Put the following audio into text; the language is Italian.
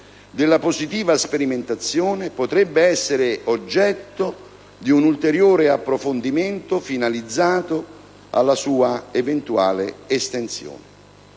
della positiva sperimentazione, potrebbe essere oggetto di un ulteriore approfondimento finalizzato alla sua eventuale estensione.